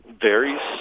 varies